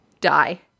die